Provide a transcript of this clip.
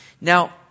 Now